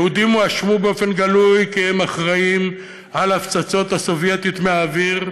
היהודים הואשמו באופן גלוי כי הם אחראים להפצצות הסובייטיות מהאוויר.